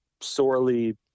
sorely